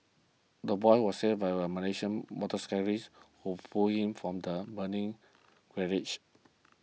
the boy was saved by a Malaysian motorcyclist who pulled him from the burning wreckage